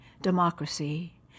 democracy